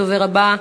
הדובר הבא,